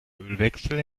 ölwechsel